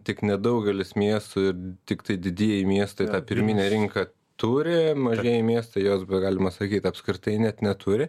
tik nedaugelis miestų ir tiktai didieji miestai pirminę rinką turi mažieji miestai jos galima sakyti apskritai net neturi